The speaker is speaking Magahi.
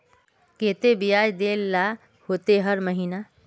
केते बियाज देल ला होते हर महीने?